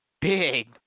big